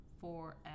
forever